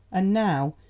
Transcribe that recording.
and now,